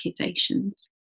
accusations